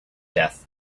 death